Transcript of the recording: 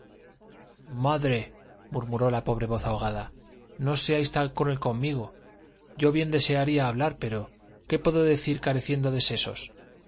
madre murmuró la pobre voz ahogada no seáis tan cruel conmigo yo bien desearía hablar pero qué puedo decir careciendo